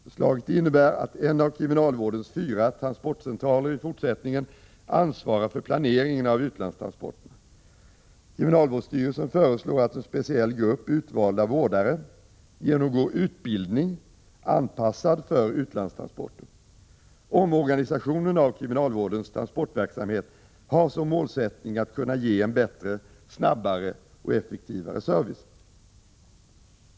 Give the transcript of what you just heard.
Förslaget innebär att en av kriminalvårdens fyra transportcentraler i fortsättningen ansvarar för planeringen av utlandstransporterna. Kriminalvårdsstyrelsen föreslår att en speciell grupp utvalda vårdare genomgår utbildning anpassad för utlandstransporter. Omorganisationen av kriminalvårdens transportverksamhet har som målsättning att kunna ge en bättre, snabbare och effektivare service.